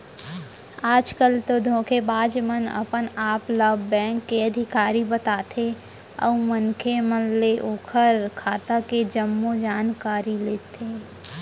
आज कल तो धोखेबाज मन अपन आप ल बेंक के अधिकारी बताथे अउ मनखे मन ले ओखर खाता के जम्मो जानकारी ले लेथे